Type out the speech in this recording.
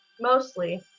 mostly